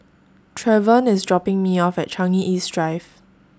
Trevon IS dropping Me off At Changi East Drive